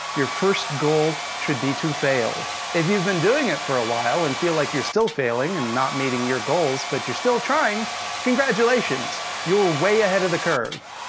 your first goal should be to fail. if you've been doing it for a while, and feel like you're still failing, and not meeting your goals, but you're still trying congratulations! you're way ahead of the curve.